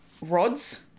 rods